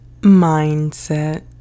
mindset